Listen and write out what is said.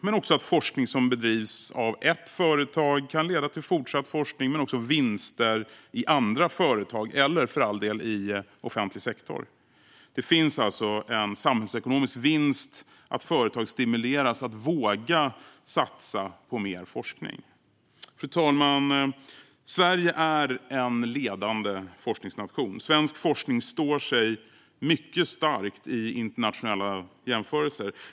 Men forskning som bedrivs av ett företag kan leda till fortsatt forskning och också vinster i andra företag eller för all del i offentlig sektor. Det finns alltså en samhällsekonomisk vinst i att företag stimuleras att våga satsa på mer forskning. Fru talman! Sverige är en ledande forskningsnation. Svensk forskning står sig mycket stark i internationella jämförelser.